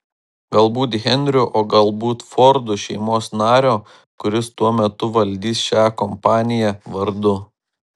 galbūt henriu o galbūt fordų šeimos nario kuris tuo metu valdys šią kompaniją vardu